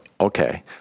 okay